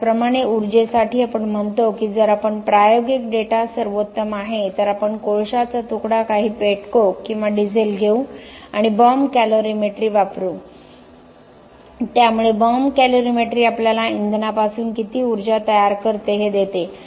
त्याचप्रमाणे ऊर्जेसाठी आपण म्हणतो की जर आपण प्रायोगिक डेटा सर्वोत्तम आहे तर आपण कोळशाचा तुकडा काही पेट कोक किंवा डिझेल घेऊ आणि बॉम्ब कॅलरीमेट्री करू त्यामुळे बॉम्ब कॅलरीमेट्री आपल्याला इंधनापासून किती ऊर्जा तयार करते हे देते